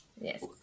Yes